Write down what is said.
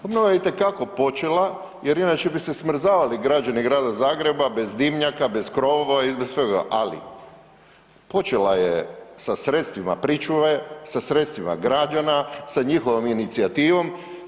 Obnova je itekako počela jer inače bi se smrzavali građani Grada Zagreba bez dimnjaka, bez krovova i bez svega, ali počela je sa sredstvima pričuve, sa sredstvima građana, sa njihovom inicijativom.